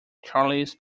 charles